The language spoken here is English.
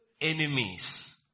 enemies